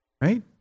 right